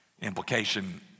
Implication